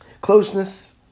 Closeness